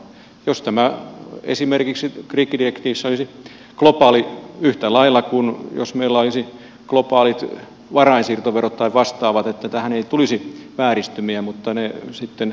jos esimerkiksi tämä rikkidirektiivi olisi globaali yhtä lailla kuin jos meillä olisi globaalit varainsiirtoverot tai vastaavat niin tähän ei tulisi vääristymiä mutta ne sitten vääristävät näitä asioita